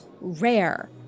rare